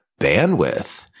bandwidth